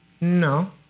No